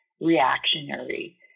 reactionary